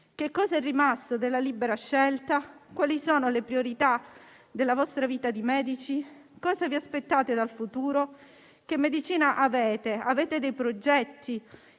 Che cosa è rimasto della libera scelta? Quali sono le priorità della vostra vita di medici? Cosa vi aspettate dal futuro? Che medicina avete? Avete dei progetti?